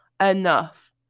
enough